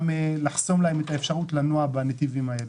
את האפשרות לנוע בנתיבים האלה.